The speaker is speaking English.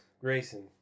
Grayson